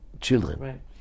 children